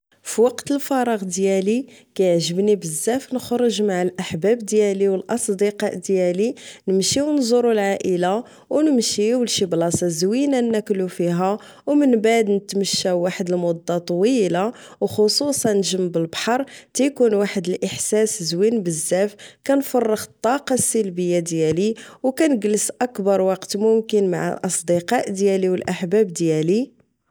في وقت الفراغ ديالي كيعجبني بزاف نخرج مع الاحباب ديالي والاصدقاء ديالي نمشيو نزورو العائلة ونمشيو لشي بلاصة زوينة ناكل فيها ومنبعد نتمشى واحد المدة طويلة وخصوصا جنب البحر كيكون واحد الاحساس زوين بزاف نفرغ الطاقة السلبيه ديالي ونجلس اكبر وقت ممكن مع الاصدقاء والاحباب ديالي